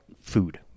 food